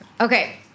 okay